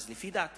אז לפי דעתי